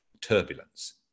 turbulence